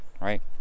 right